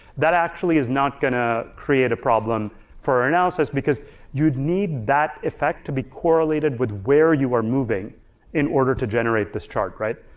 that actually is not gonna create a problem for our analysis because you'd need that effect to be correlated with where you are moving in order to generate this chart, right?